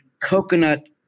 Coconut